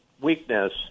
weakness